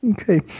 okay